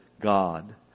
God